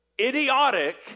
idiotic